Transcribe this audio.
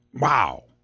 Wow